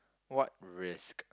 what risk